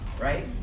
right